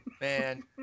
Man